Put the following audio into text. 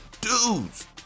dudes